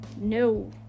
no